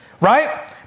right